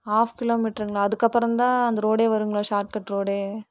of கிலோமீட்ருங்களா அதுக்கப்புறம்தான் அந்த ரோடே வருங்களா ஷார்ட்கட் ரோடே